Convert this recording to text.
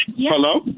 Hello